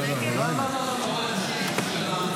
נאור שירי,